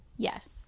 Yes